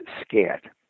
scared